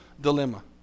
dilemma